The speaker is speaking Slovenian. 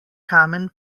kamen